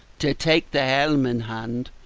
to take the helm in hand,